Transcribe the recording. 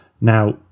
Now